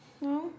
no